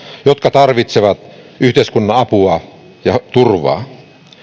jotka tarvitsevat yhteiskunnan apua ja turvaa